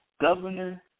Governor